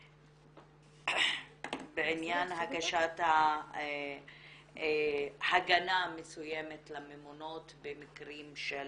גם בעניין הגשת הגנה מסוימת לממונות במקרים של